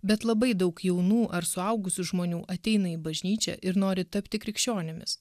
bet labai daug jaunų ar suaugusių žmonių ateina į bažnyčią ir nori tapti krikščionimis